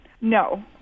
No